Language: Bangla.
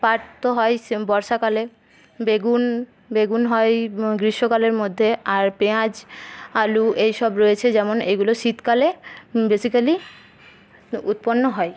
পাট তো হয় বর্ষাকালে বেগুন বেগুন হয় গ্রীষ্মকালের মধ্যে আর পেঁয়াজ আলু এইসব রয়েছে যেমন এইগুলো শীতকালে বেসিকালি উৎপন্ন হয়